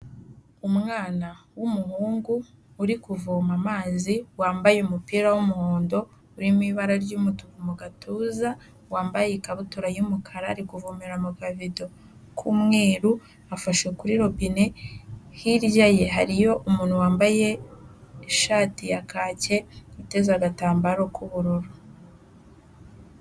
Umwana w'umuhungu uri kuvoma amazi, wambaye umupira w'umuhondo urimo ibara ry'umutuku mu gatuza, wambaye ikabutura y'umukara, ari kuvomera mu kabido k'umweru afashe kuri robine, hirya ye hariyo umuntu wambaye ishati ya kake uteze agatambaro k'ubururu.